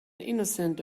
innocent